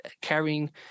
carrying